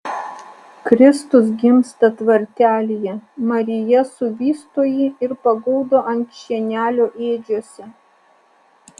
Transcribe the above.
kristus gimsta tvartelyje marija suvysto jį ir paguldo ant šienelio ėdžiose